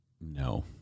no